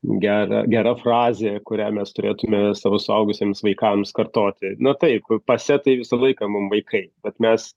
gera gera frazė kurią mes turėtume savo suaugusiems vaikams kartoti nu taip pase tai visą laiką mum vaikai bet mes